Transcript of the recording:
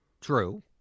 True